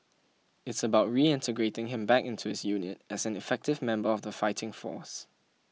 it's about reintegrating him back into his unit as an effective member of the fighting force